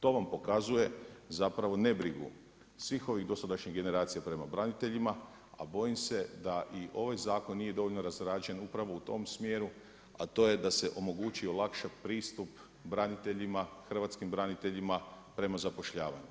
To vam pokazuje zapravo nebrigu svih ovih dosadašnjih generacija prema braniteljima, a bojim se da i ovaj zakon nije dovoljno razrađen upravo u tom smjeru, a to je da se omogući i olakša pristup braniteljima, hrvatskim braniteljima prema zapošljavanju.